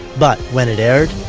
but when it aired,